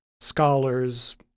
scholars